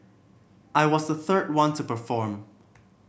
I was the third one to perform